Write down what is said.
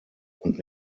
und